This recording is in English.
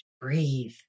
Breathe